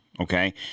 okay